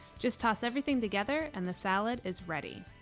just toss everything together and the salad is ready!